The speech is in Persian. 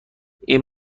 این